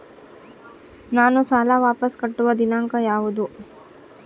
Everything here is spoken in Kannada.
ನಾನು ಸಾಲ ವಾಪಸ್ ಕಟ್ಟುವ ದಿನಾಂಕ ಯಾವುದು?